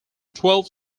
twelve